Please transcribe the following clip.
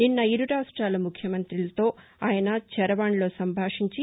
నిన్న ఇరు రాష్ట్లల ముఖ్యమంతులతో ఆయన చరవాణిలో సంభాషించి